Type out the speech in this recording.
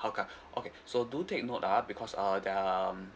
hougang okay so do take note ah because uh there're um